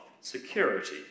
security